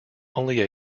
only